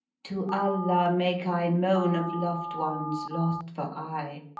to allah make i moan of loved ones lost for aye,